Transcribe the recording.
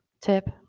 tip